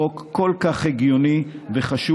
חוק כל כך הגיוני וחשוב,